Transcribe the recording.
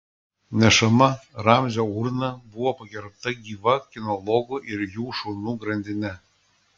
nešama ramzio urna buvo pagerbta gyva kinologų ir jų šunų grandine